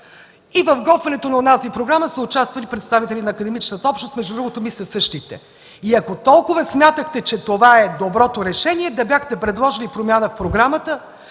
и в изготвянето на онази програма са участвали представители на академичната общност, между другото, мисля, че същите. И ако толкова смятахте, че това е доброто решение, да бяхте предложили промяна в програмата